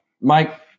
Mike